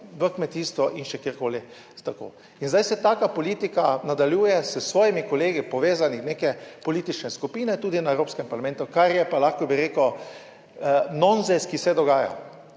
v kmetijstvo in še kjerkoli. In zdaj se taka politika nadaljuje s svojimi kolegi povezani v neke politične skupine tudi na Evropskem parlamentu, kar je pa, lahko bi rekel nonsens, ki se dogaja,